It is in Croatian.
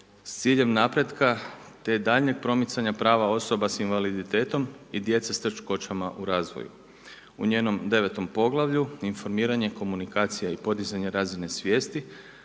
s ciljem napretka te daljnjeg promicanja prava osoba sa invaliditetom i djece sa teškoćama u razvoju. U njenom 9.-tom poglavlju Informiranje, komunikacija i podizanje razine svijesti